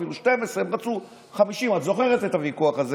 12. הם רצו 50. את זוכרת את הוויכוח הזה,